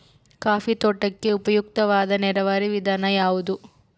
Coffee ತೋಟಕ್ಕೆ ಉಪಯುಕ್ತವಾದ ನೇರಾವರಿ ವಿಧಾನ ಯಾವುದು?